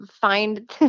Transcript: find